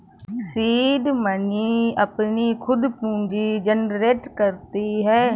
seed money अपनी खुद पूंजी जनरेट करती है